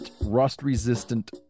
Rust-Resistant